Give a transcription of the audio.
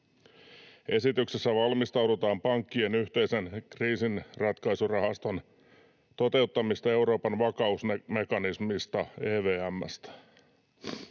Esityksessä valmistaudutaan pankkien yhteisen kriisinratkaisurahaston toteuttamiseen Euroopan vakausmekanismista